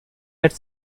had